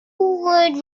would